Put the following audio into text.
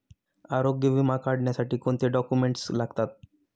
आरोग्य विमा काढण्यासाठी कोणते डॉक्युमेंट्स लागतात?